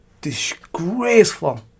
disgraceful